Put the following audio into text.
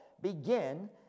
begin